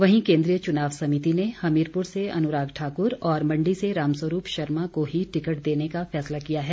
वहीं केन्द्रीय च्नाव समिति ने हमीरपुर से अनुराग ठाकुर और मंडी से रामस्वरूप शर्मा को ही टिकट देने का फैसला लिया है